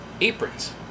Aprons